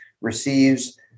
receives